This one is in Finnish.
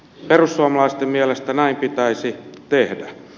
perussuomalaisten mielestä näin pitäisi tehdä